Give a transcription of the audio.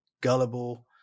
gullible